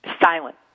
silent